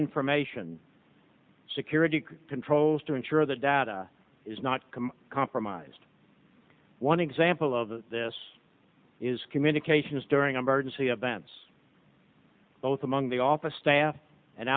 information security controls to ensure the data is not compromised one example of this is communications during emergencies events both among the office staff and